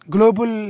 Global